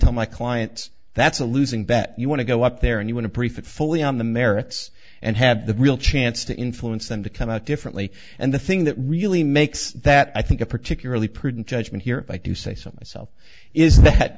tell my clients that's a losing bet you want to go up there and you want to prefix fully on the merits and have the real chance to influence them to come out differently and the thing that really makes that i think a particularly prudent judgment here by to say something self is that